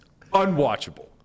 Unwatchable